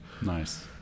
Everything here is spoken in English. nice